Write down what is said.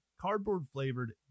cardboard-flavored